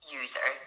user